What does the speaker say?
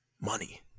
Money